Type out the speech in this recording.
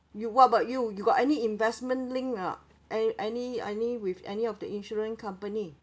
you what about you you got any investment link ah an~ any any with any of the insurance company